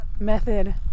Method